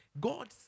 God